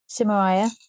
Simaria